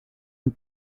and